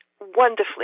wonderfully